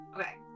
Okay